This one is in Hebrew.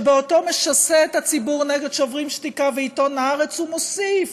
שבעודו משסה את הציבור נגד "שוברים שתיקה" ועיתון "הארץ" הוא מוסיף: